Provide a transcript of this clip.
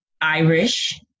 Irish